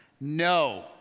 No